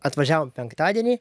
atvažiavom penktadienį